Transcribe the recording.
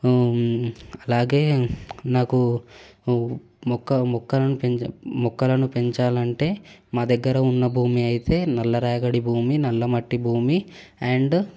అలాగే నాకు మొక్క మొక్కలను పెంచా మొక్కలను పెంచాలంటే మా దగ్గర ఉన్న భూమి అయితే నల్ల రేగడి భూమి నల్లమట్టి భూమి అండ్